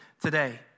today